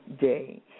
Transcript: Day